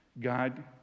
god